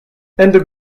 ende